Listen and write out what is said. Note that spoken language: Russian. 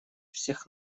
всех